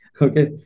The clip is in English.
Okay